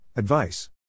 Advice